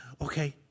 Okay